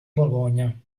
borgogna